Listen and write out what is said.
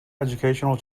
educational